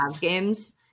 games